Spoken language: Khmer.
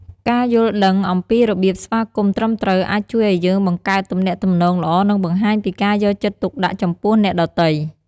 ការយល់ដឹងអំពីរបៀបស្វាគមន៍ត្រឹមត្រូវ អាចជួយឱ្យយើងបង្កើតទំនាក់ទំនងល្អ និងបង្ហាញពីការយកចិត្តទុកដាក់ចំពោះអ្នកដទៃ។